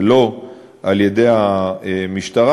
ולא על-ידי המשטרה.